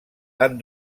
han